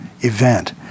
event